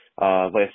last